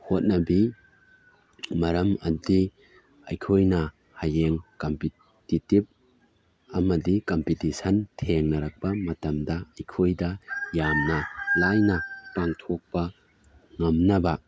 ꯍꯣꯠꯅꯕꯤ ꯃꯔꯝꯗꯤ ꯑꯩꯈꯣꯏꯅ ꯍꯌꯦꯡ ꯀꯝꯄꯤꯇꯤꯇꯤꯚ ꯑꯃꯗꯤ ꯀꯝꯄꯤꯇꯤꯁꯟ ꯊꯦꯡꯅꯔꯛꯄ ꯃꯇꯝꯗ ꯑꯩꯈꯣꯏꯗ ꯌꯥꯝꯅ ꯂꯥꯏꯅ ꯄꯥꯡꯊꯣꯛꯄ ꯉꯝꯅꯕ